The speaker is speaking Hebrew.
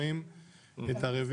שלום לכולם.